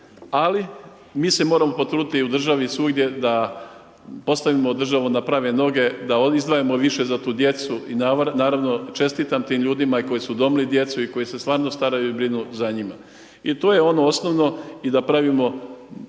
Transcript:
ali mi se moramo potruditi u državi svugdje da postavimo državu na prave noge, da izdvajamo više za tu djecu i naravno čestitam tim ljudima i koji su udomili djecu i koji se stvarno staraju i brinu za njima. I to je ono osnovno i da pravimo